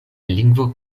lingvo